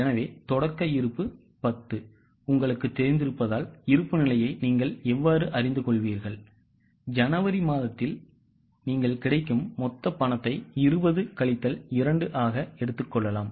எனவே தொடக்க இருப்பு 10 உங்களுக்குத் தெரிந்திருப்பதால் இருப்புநிலையை நீங்கள் எவ்வாறு அறிந்து கொள்வீர்கள் ஜனவரி மாதத்தில் நீங்கள் கிடைக்கும் மொத்த பணத்தை 20 கழித்தல் 2 ஆக எடுத்துக் கொள்ளலாம்